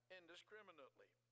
indiscriminately